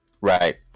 Right